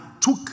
took